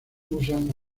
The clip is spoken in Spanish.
usan